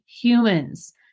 humans